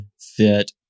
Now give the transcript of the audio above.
fit